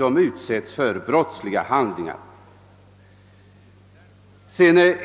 något sätt ersätta dem.